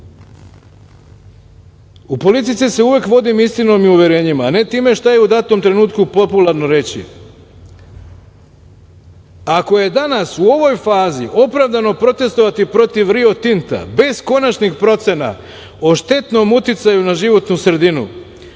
U politici se uvek vodi istinom i uverenjima, a ne time šta je u datom trenutku popularno reći. Ako je danas u ovoj fazi opravdano protestvovati protiv Rio Tinta bez konačnih procena o štetnom uticaju na životnu sredinu,